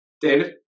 David